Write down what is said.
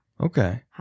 Okay